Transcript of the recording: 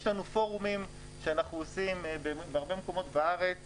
יש לנו פורומים שאנחנו מקיימים בהרבה מקומות בארץ